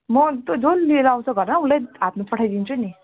म जो लिएर आउँछ घरमा उसलाई हातमा पठाइदिन्छु नि